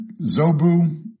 Zobu